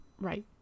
right